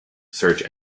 search